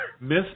Miss